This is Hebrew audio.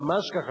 ממש ככה.